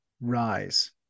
Rise